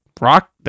rock